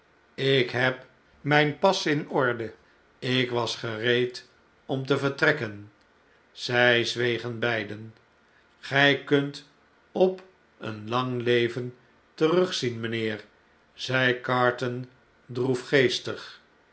ik heb mijn pas in orde ik was gereed om te vertrekken zjj zwegen beiden gij kunt op een lang leven terugzien mynheer zei carton